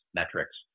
metrics